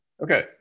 Okay